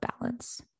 balance